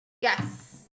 Yes